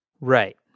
Right